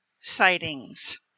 sightings